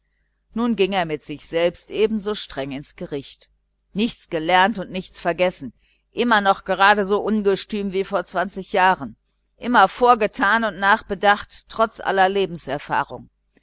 nun ging er mit sich selbst ebenso streng ins gericht nichts gelernt und nichts vergessen immer noch gerade so ungestüm wie vor zwanzig jahren immer vorgetan und nachbedacht trotz aller lebenserfahrung